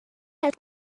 had